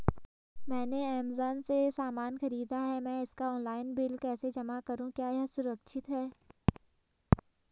मैंने ऐमज़ान से सामान खरीदा है मैं इसका ऑनलाइन बिल कैसे जमा करूँ क्या यह सुरक्षित है?